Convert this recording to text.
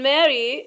Mary